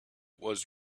was